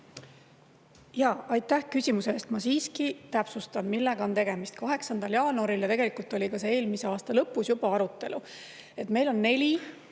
Aitäh küsimuse eest! Ma siiski täpsustan, millega on tegemist. 8. jaanuaril ja tegelikult juba ka eelmise aasta lõpus oli see arutelu, et meil on neli